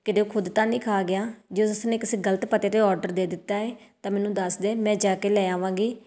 ਕਿਤੇ ਉਹ ਖੁਦ ਤਾਂ ਨਹੀਂ ਖਾ ਗਿਆ ਜੇ ਉਸਨੇ ਕਿਸੇ ਗਲਤ ਪਤੇ 'ਤੇ ਔਡਰ ਦੇ ਦਿੱਤਾ ਹੈ ਤਾਂ ਮੈਨੂੰ ਦੱਸ ਦੇ ਮੈਂ ਜਾ ਕੇ ਲੈ ਆਵਾਂਗੀ